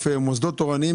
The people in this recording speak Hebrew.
נכון.